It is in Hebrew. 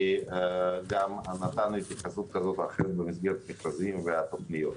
ונתנו התייחסות במסגרת מכרזים ותוכניות.